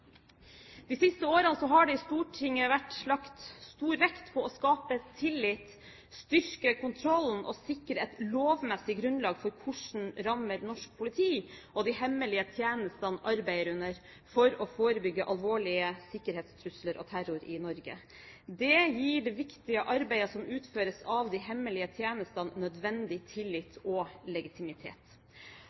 De siste årene har det i Stortinget vært lagt stor vekt på å skape tillit, styrke kontrollen og sikre et lovmessig grunnlag for hvilke rammer norsk politi og de hemmelige tjenestene arbeider under for å forebygge alvorlige sikkerhetstrusler og terror i Norge. Det gir det viktige arbeidet som utføres av de hemmelige tjenestene, nødvendig tillit og legitimitet.